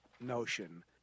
notion